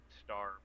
star